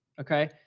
Okay